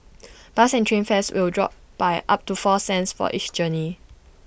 bus and train fares will drop by up to four cents for each journey